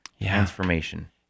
transformation